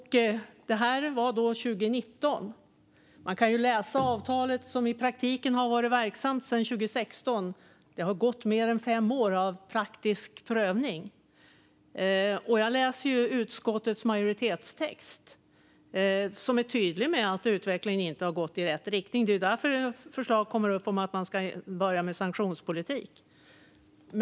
Det här var 2019. Man kan läsa avtalet, som i praktiken har varit verksamt sedan 2016. Det har gått mer än fem år av praktisk prövning. Jag läser utskottets majoritetstext, som är tydlig med att utvecklingen inte har gått i rätt riktning. Det är därför förslag kommer upp om att man ska börja med sanktionspolitik.